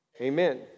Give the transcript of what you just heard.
Amen